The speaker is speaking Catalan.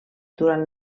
durant